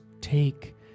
take